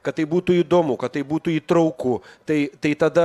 kad tai būtų įdomu kad tai būtų įtrauku tai tai tada